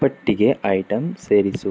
ಪಟ್ಟಿಗೆ ಐಟಂ ಸೇರಿಸು